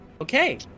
Okay